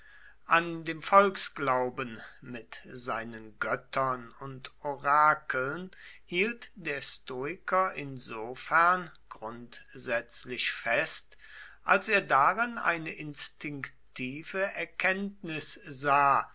an dem volksglauben mit seinen göttern und orakeln hielt der stoiker insofern grundsätzlich fest als er darin eine instinktive erkenntnis sah